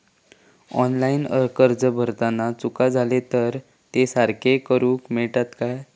Online अर्ज भरताना चुका जाले तर ते सारके करुक मेळतत काय?